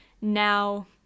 now